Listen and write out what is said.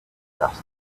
dust